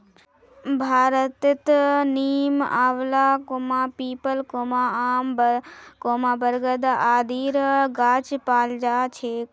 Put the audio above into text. भारतत नीम, आंवला, पीपल, आम, बरगद आदिर गाछ पाल जा छेक